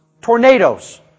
tornadoes